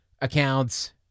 accounts